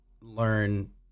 learn